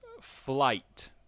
Flight